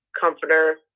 comforter